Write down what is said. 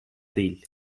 değil